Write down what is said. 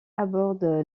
aborde